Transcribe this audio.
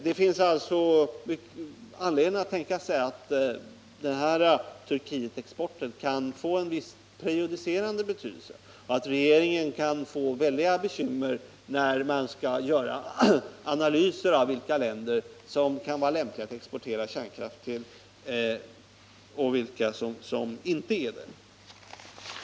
Det finns anledning att tänka sig att Turkietexporten kan få en viss prejudicerande betydelse och att regeringen kan få stora bekymmer när den skall göra analyser av vilka länder som kan vara lämpliga att exportera kärnkraftverk till och vilka som inte är det.